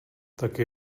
taky